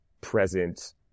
present